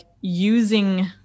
using